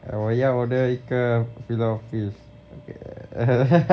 hello McDonald's 我要 order 一个 filet O fish